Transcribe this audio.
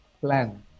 plan